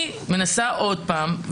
אני מנסה עוד פעם,